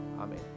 Amen